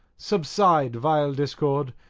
subside, vile discord,